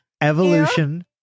Evolution